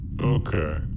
Okay